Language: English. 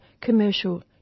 commercial